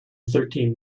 thirteen